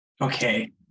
Okay